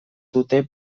dute